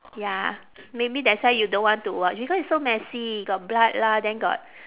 ya maybe that's why you don't want to watch because it's so messy got blood lah then got